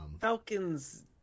Falcons